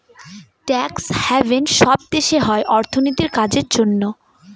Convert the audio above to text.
tax haven সব দেশে হয় অর্থনীতির কাজের জন্য